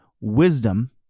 wisdom